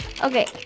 Okay